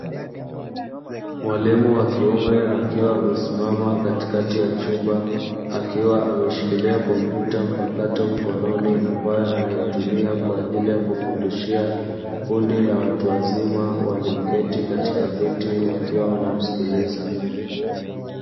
Mwalimu wa kiume akiwa amesimama katikati ya chumba, akiwa ameshikilia kompyuta mpakato mkononi ambayo anaitumia kwa ajili ya kufundishia kundi la watu wazima waloketi katika viti wakiwa wanamsikiliza.